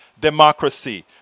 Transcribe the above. democracy